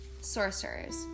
Sorcerers